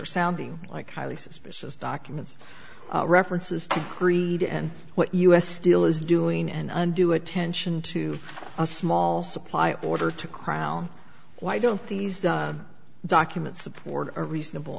or sounding like highly suspicious documents references to greed and what u s steel is doing an undue attention to a small supply order to crile why don't these documents support a reasonable